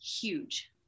huge